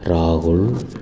ராகுல்